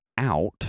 out